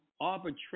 arbitration